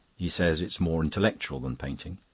he says it's more intellectual than painting.